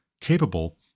capable